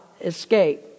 escape